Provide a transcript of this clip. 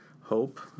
hope